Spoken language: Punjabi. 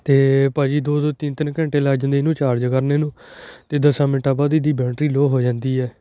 ਅਤੇ ਭਾਅ ਜੀ ਦੋ ਦੋ ਤਿੰਨ ਤਿੰਨ ਘੰਟੇ ਲੱਗ ਜਾਂਦੇ ਇਹਨੂੰ ਚਾਰਜ ਕਰਨ ਨੂੰ ਅਤੇ ਦਸਾਂ ਮਿੰਟਾਂ ਬਾਅਦ ਇਹਦੀ ਬੈਟਰੀ ਲੋਅ ਹੋ ਜਾਂਦੀ ਹੈ